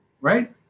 right